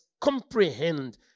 comprehend